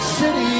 city